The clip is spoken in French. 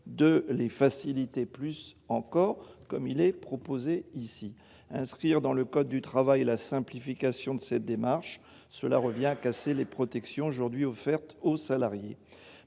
de les faciliter plus encore, comme il est proposé ici inscrire dans le code du travail, la simplification de cette démarche, cela revient à casser les protections aujourd'hui offerte aux salariés,